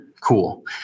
cool